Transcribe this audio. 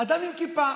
אדם עם כיפה.